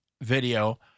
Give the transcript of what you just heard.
video